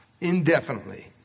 indefinitely